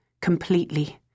completely